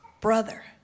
brother